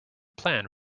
plan